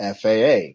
FAA